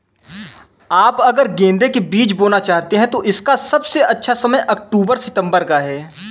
आप अगर गेंदे के बीज बोना चाहते हैं तो इसका सबसे अच्छा समय अक्टूबर सितंबर का है